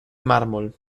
mármol